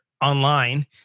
online